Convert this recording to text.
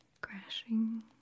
crashing